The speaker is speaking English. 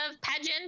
pageant